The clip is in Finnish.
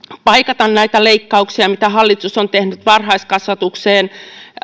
paikata näitä leikkauksia mitä hallitus on tehnyt varhaiskasvatukseen